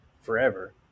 forever